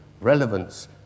relevance